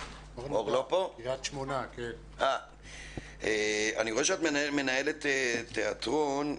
אני רואה שאת מנהלת תיאטרון.